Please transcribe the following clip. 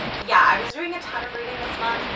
ah yeah i was doing a ton of reading this month.